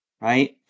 Right